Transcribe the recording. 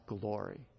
glory